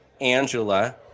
Angela